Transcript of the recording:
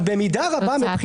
אבל במידה רבה,